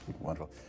Wonderful